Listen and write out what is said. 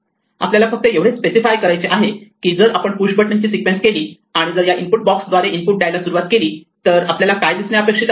आपल्याला फक्त एवढेच स्पेसिफाय करायचे आहे की जर आपण पुश बटन ची सिक्वेन्स केली आणि जर या इनपुट बॉक्स द्वारे इनपुट द्यायला सुरुवात केली तर आपल्याला काय दिसणे अपेक्षित आहे